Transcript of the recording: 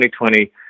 2020